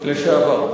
לשעבר.